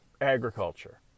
agriculture